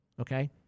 okay